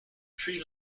tree